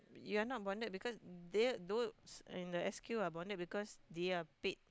you are not bonded because they are those in the S_Q are bonded because they are paid